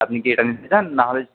আপনি কি এটা নিতে চান নাহলে